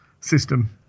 system